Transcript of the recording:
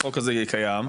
החוק הזה יהיה קיים.